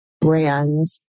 brands